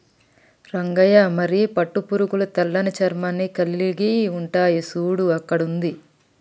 రంగయ్య మరి పట్టు పురుగులు తెల్లని చర్మాన్ని కలిలిగి ఉంటాయి సూడు అక్కడ ఉంది